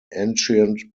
ancient